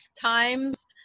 times